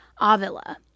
Avila